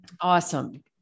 Awesome